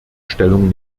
stellung